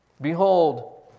Behold